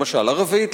למשל ערבית,